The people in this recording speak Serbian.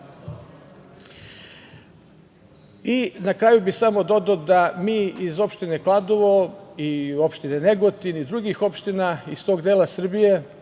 kraju bih dodao da mi iz opštine Kladovo i opštine Negotin i drugih opština iz tog dela Srbije,